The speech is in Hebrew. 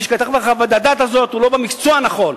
מי שכתב את חוות-הדעת הזאת הוא לא במקצוע הנכון.